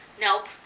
Nope